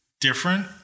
different